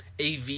AV